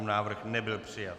Návrh nebyl přijat.